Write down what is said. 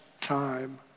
time